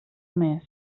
més